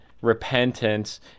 repentance